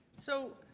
so,